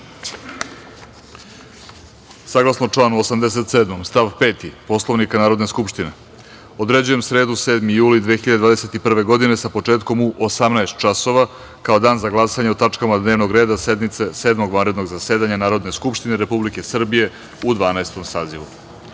reda. Saglasno članu 87. stav 5. Poslovnika Narodne skupštine, određujem sredu, 7. jul 2021. godine, sa početkom u 18.00 časova, kao Dan za glasanje o tačkama dnevnog reda sednice Sedmog vanrednog zasedanja Narodne skupštine Republike Srbije u Dvanaestom